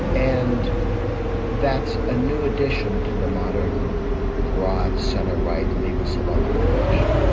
and that's a new addition to the modern broad centre right, leave us alone coalition,